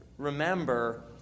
remember